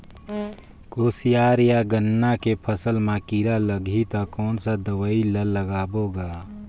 कोशियार या गन्ना के फसल मा कीरा लगही ता कौन सा दवाई ला लगाबो गा?